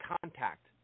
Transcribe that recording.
contact